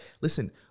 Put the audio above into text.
listen